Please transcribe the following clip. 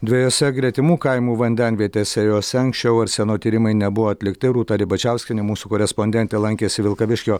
dvejose gretimų kaimų vandenvietėse jose anksčiau arseno tyrimai nebuvo atlikti rūta ribačiauskienė mūsų korespondentė lankėsi vilkaviškio